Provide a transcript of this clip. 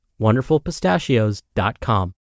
wonderfulpistachios.com